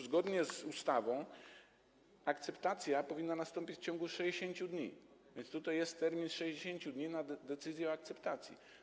Zgodnie z ustawą akceptacja powinna nastąpić w ciągu 60 dni, więc jest tutaj termin 60 dni na decyzję o akceptacji.